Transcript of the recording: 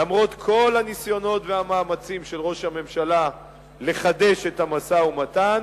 למרות כל הניסיונות והמאמצים של ראש הממשלה לחדש את המשא-ומתן,